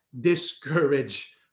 discourage